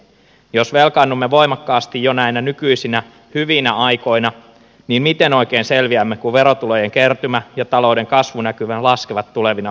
jos velkaannumme voimakkaasti jo näinä nykyisinä hyvinä aikoina niin miten oikein selviämme kun verotulojen kertymä ja talouden kasvunäkymä laskevat tulevina vuosina